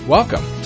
Welcome